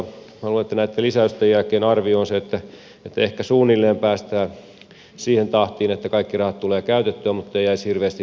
mi nä luulen että näitten lisäysten jälkeen arvio on se että ehkä suunnilleen päästään siihen tahtiin että kaikki rahat tulee käytettyä muttei jäisi hirveästi maksurästejä